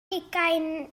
hugain